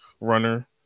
runner